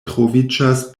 troviĝas